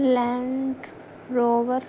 Land Rover